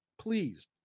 please